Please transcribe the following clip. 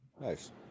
Nice